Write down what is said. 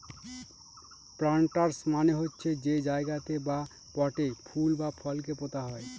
planters মানে হচ্ছে যে জায়গাতে বা পটে ফুল বা ফলকে পোতা হয়